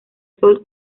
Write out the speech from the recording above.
sol